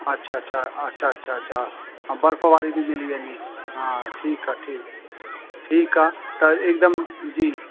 अच्छा अच्छा अच्छा अच्छा अच्छा ऐं बर्फ़ वारी बि मिली वेंदी हा ठीकु आहे ठीकु ठीकु आहे त हिकदमि जी